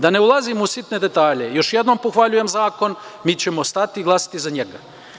Da ne ulazim u sitne detalje, još jednom pohvaljujem zakon, mi ćemo stati i glasati za njega.